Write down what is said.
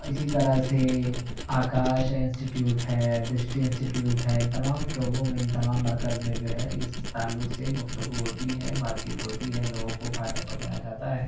اسی طرح سے آکاش انسٹیٹیوٹ ہے درشٹی انسٹیٹیوٹ ہے ان تمام شعبوں میں ان تمام مرکز میں جو ہے اس تعلق سے گفتگو ہوتی ہے بات چیت ہوتی ہے لوگوں کو فائدہ پہنچایا جاتا ہے